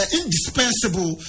indispensable